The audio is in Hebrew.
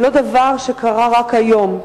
זה לא דבר שקרה רק היום,